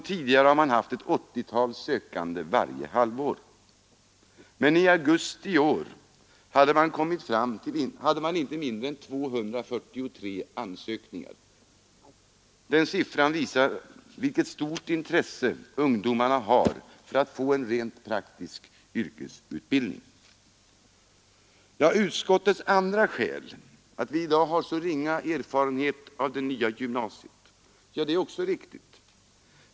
Tidigare har man haft ett 80-tal sökande varje halvår, men i augusti i år hade man inte mindre än 243 ansökningar. Den siffran visar vilket stort intresse ungdomarna har för att få en rent praktisk yrkesutbildning. Utskottets andra skäl — att vi i dag har så ringa erfarenhet av det nya gymnasiet — är också riktigt.